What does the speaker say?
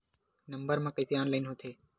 Number मा कइसे online होथे?